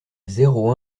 zéro